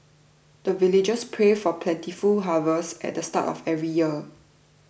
the villagers pray for plentiful harvest at the start of every year